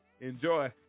Enjoy